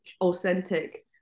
authentic